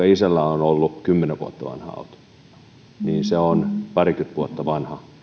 isällä on ollut kymmenen vuotta vanha auto silloin se on parikymmentä vuotta vanha